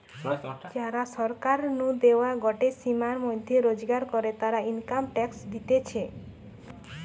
যারা সরকার নু দেওয়া গটে সীমার মধ্যে রোজগার করে, তারা ইনকাম ট্যাক্স দিতেছে